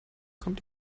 kommt